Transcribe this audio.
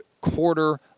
quarter